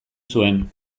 zuen